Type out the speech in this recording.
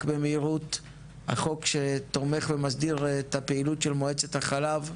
במהירות החוק שתומך ומסדיר את הפעילות של מועצת החלב,